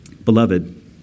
Beloved